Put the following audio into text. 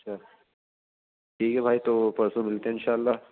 اچھا ٹھیک ہے بھائی تو پرسوں ملتے ہیں انشاء اللہ